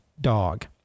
dog